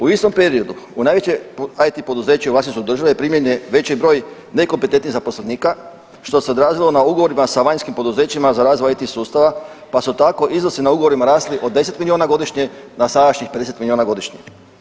U istom periodu u najveće IT poduzeće u vlasništvu države primljen je veći broj nekompetentnih zaposlenika što se odrazilo na ugovore sa vanjskim poduzećima za razvoj IT sustava, pa su tako iznosi na ugovorima rasli od 10 milijuna godišnje na sadašnjih 50 milijuna godišnje.